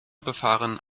befahren